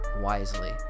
wisely